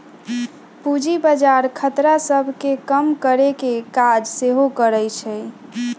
पूजी बजार खतरा सभ के कम करेकेँ काज सेहो करइ छइ